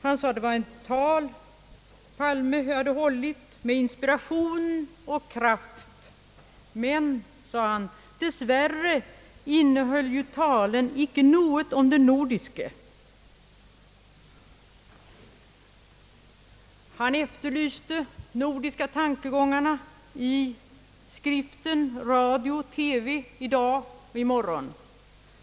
Han sade att herr Palme hade hållit ett tal med inspiration och kraft, men dess värre innehöll ju talet inte något om det nordiska samarbetet. Han saknade också de nordiska tankegångarna i skriften >Radio TV i dag och i morgon>.